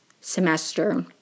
semester